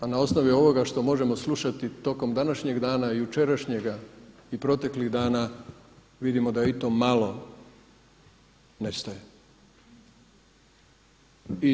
A na osnovi ovoga što možemo slušati tokom današnjeg dana i jučerašnjega i proteklih dana vidimo da i to malo nestaje.